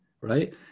Right